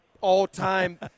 all-time